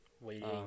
waiting